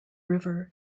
river